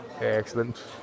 Excellent